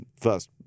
first